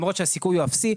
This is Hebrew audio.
למרות שהסיכוי הוא אפסי.